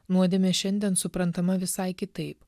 nuodėmė šiandien suprantama visai kitaip